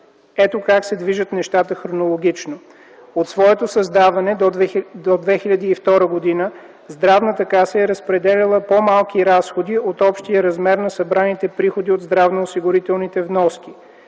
Ето как се движат нещата хронологично. От своето създаване до 2002 г. Здравната каса е разпределяла по-малки разходи от общия размер на събраните приходи от здравноосигурителните вноски.